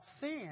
sin